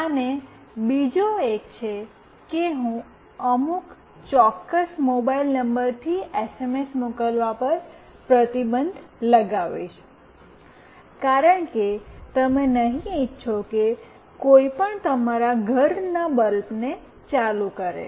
અને બીજો એક છે કે હું અમુક ચોક્કસ મોબાઇલ નંબરથી એસએમએસ મોકલવા પર પ્રતિબંધ લગાવીશ કારણ કે તમે નહીં ઇચ્છો કે કોઈ પણ તમારા ઘરના બલ્બને ચાલુ કરશે